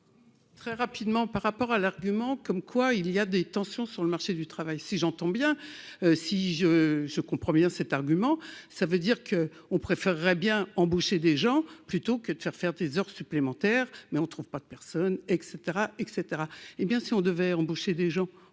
Très rapidement par rapport à l'argument comme quoi il y a des tensions sur le marché du travail si j'entends bien, si je comprends bien cet argument, ça veut dire que on préférerait bien embaucher des gens plutôt que de faire faire des heures supplémentaires, mais on ne trouve pas de personne, et cetera, et cetera, hé bien, si on devait embaucher des gens